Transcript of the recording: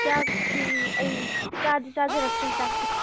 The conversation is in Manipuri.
ꯆꯥꯛꯁꯤ ꯑꯩ ꯆꯥꯗꯤ ꯆꯥꯖꯔꯛꯇ꯭ꯔꯤ ꯆꯥꯛꯇꯤ